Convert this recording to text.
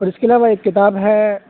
اور اس کے علاوہ ایک کتاب ہے